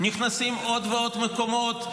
נכנסים עוד ועוד מקומות,